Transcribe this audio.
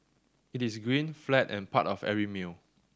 it is green flat and part of every meal